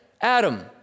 Adam